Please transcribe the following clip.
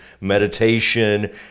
meditation